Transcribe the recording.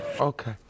Okay